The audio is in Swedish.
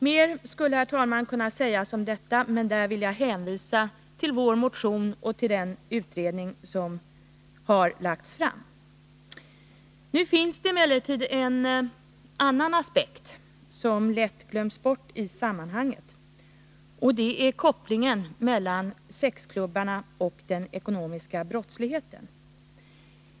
Mer skulle, herr talman, kunna sägas om detta, men på den punkten vill jag hänvisa till vår motion och till den utredning som har lagts fram. Nu finns det emellertid en annan aspekt, som lätt glöms bort i sammanhanget, och det är kopplingen mellan sexklubbarna och den ekonomiska brottsligheten.